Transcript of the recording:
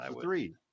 three